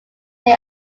may